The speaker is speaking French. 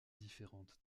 différentes